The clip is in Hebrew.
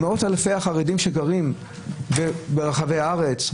מבין מאות אלפי החרדים שגרים ברחבי הארץ,